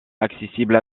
accessible